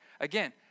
Again